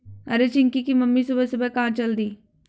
अरे चिंकी की मम्मी सुबह सुबह कहां चल दी?